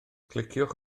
cliciwch